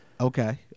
Okay